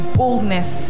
boldness